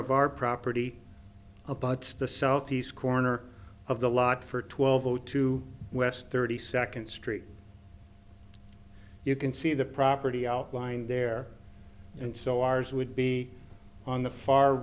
of our property abuts the southeast corner of the lot for twelve o two west thirty second street you can see the property outlined there and so ours would be on the far